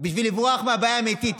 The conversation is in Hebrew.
בשביל לברוח מהבעיה האמיתית.